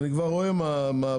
אני כבר רואה מה הבעיות.